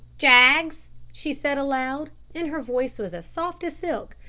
jaggs! she said aloud, and her voice was as soft as silk.